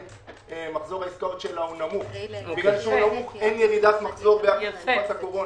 מחזור העסקאות שלה נמוך ולכן אין ירידת מחזור גם בתקופת הקורונה.